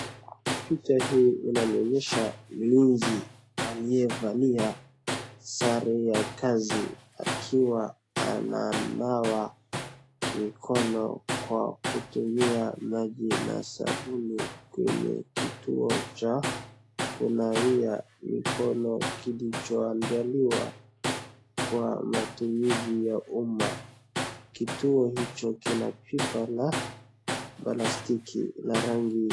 Picha hii inanionyesha mlinzi aliyevalia sare ya kazi akiwa ananawa mikono kwa kutumia maji na sabuni kwenye kituo cha kunawia mikono kilichoandaliwa kwa matumizi ya umma. Kituo hicho kina pipa la plastiki la rangi.